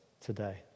today